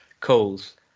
calls